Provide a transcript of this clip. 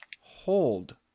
hold